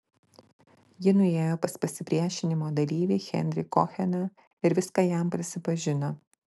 ji nuėjo pas pasipriešinimo dalyvį henrį koheną ir viską jam prisipažino